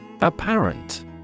Apparent